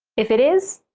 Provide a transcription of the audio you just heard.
if it is,